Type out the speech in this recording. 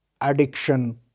addiction